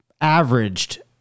averaged